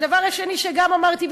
הדבר השני שאמרתי,